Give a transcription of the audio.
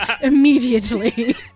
immediately